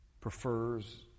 prefers